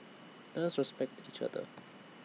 let us respect each other